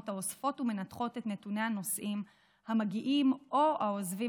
האוספות ומנתחות את נתוני הנוסעים המגיעים או עוזבים